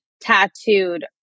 tattooed